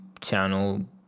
channel